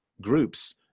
groups